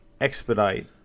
expedite